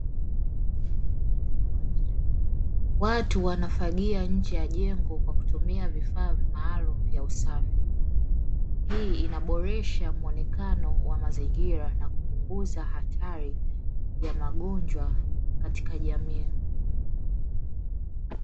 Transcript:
Watu wanafagia nje ya jengo kwa kutumia vifaa maalumu vya usafi, hii inaboresha muonekano wa mazingira na kupunguza hatari ya magonjwa katika jamii.